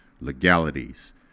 legalities